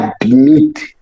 admit